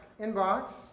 inbox